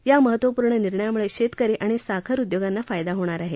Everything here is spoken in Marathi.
या महत्वपूर्ण निर्णयामुळे शेतकरी आणि साखर उद्योगांना फायदा होणार आहे